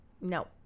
No